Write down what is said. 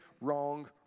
wrong